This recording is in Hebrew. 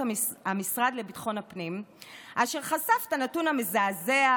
המשרד לביטחון הפנים אשר חשף את הנתון המזעזע,